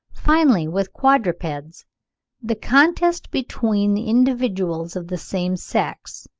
finally, with quadrupeds the contest between the individuals of the same sex,